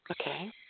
Okay